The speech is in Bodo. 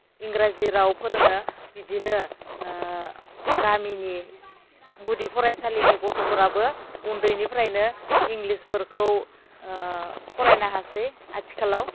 इंराजि राव फोरोङो बिदिनो गामिनि गुदि फरायसालिनि गथ'फोराबो उन्दैनिफ्रायनो इंलिस फोरखौ फरायनो हासै आथिखालाव